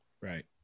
Right